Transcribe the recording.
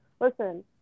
listen